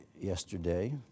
yesterday